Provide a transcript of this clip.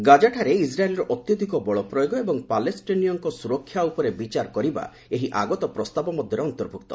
ଗାଜାଠାରେ ଇସ୍ରାଏଲ୍ର ଅତ୍ୟଧିକ ବଳପ୍ରୟୋଗ ଏବଂ ପାଲେଷ୍ଟେନୀୟଙ୍କ ସୁରକ୍ଷା ଉପରେ ବିଚାର କରିବା ଏହି ଆଗତ ପ୍ରସ୍ତାବ ମଧ୍ୟରେ ଅନ୍ତର୍ଭୁକ୍ତ